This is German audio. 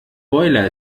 boiler